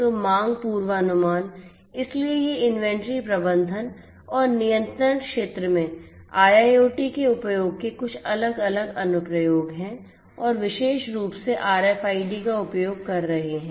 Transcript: तो मांग पूर्वानुमान इसलिए ये इन्वेंट्री प्रबंधन और नियंत्रण क्षेत्र में IIoT के उपयोग के कुछ अलग अलग अनुप्रयोग हैं और विशेष रूप से RFID का उपयोग कर रहे हैं